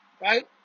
right